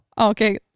Okay